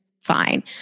fine